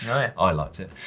i liked it.